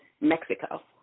Mexico